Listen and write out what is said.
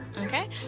Okay